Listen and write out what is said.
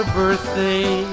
birthday